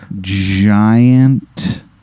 Giant